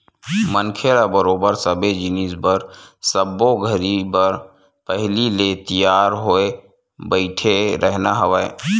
मनखे ल बरोबर सबे जिनिस बर सब्बो घरी बर पहिली ले तियार होय बइठे रहिना हवय